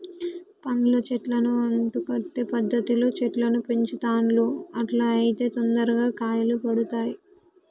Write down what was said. పండ్ల చెట్లను అంటు కట్టే పద్ధతిలో చెట్లను పెంచుతాండ్లు అట్లా అయితే తొందరగా కాయలు పడుతాయ్